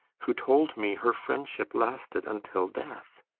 who told me her friendship lasted until death.